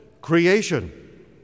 creation